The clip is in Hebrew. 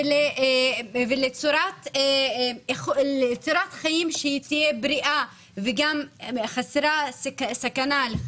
לצורת חיים שתהיה בריאה וחסרת סכנה.